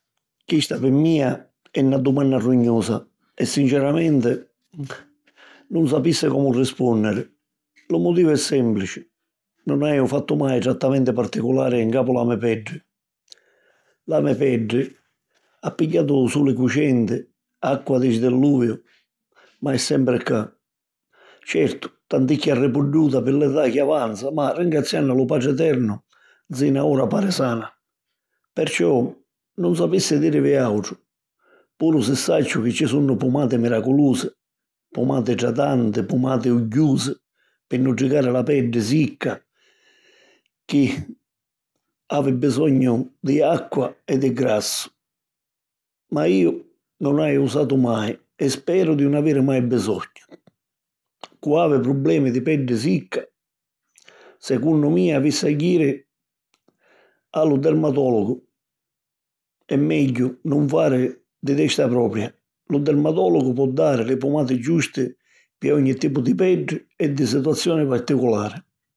Chista, pi mia, è na dumanna rugnusa e sinceramenti nun sapissi comu rispùnniri. Lu motivu è sèmplici: nun haju fattu mai trattamenti particulari ncapu la me peddi. La me peddi ha pigghiatu suli cucenti, acqua di sdilluvio ma è sempri cca. Certu, tanticchia arripudduta pi l'età chi avanza ma, ringraziannu a lu Patri Eternu, nsina ora pari sana. Perciò nun sapissi dìrivi àutru, puru si sacciu chi ci sunnu pumati miraculusi, pumati idratanti, pumati ugghiusi pi nutricari la peddi sicca chi havi bisognu di acqua e di grassu. Ma iu nun nn'haju usatu mai e speru di nun aviri mai bisognu. Cu' havi problemi di peddi sicca, secunnu mia, avissi a jiri a lu dermatòlugu. E' megghiu nun fari di testa propia. Lu dermatòlugu po dari li pumati giusti pi ogni tipu di peddi e di situazioni particulari.